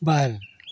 बार